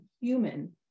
human